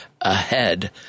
ahead